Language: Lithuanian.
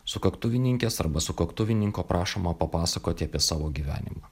sukaktuvininkės arba sukaktuvininko prašoma papasakoti apie savo gyvenimą